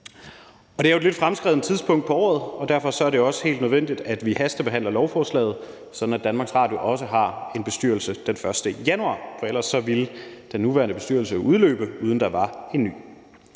Det er jo et lidt fremskredent tidspunkt på året, og derfor er det også helt nødvendigt, at vi hastebehandler lovforslaget, sådan at DR også har en bestyrelse den 1. januar, for ellers ville den nuværende bestyrelse jo udløbe, uden at der var en ny.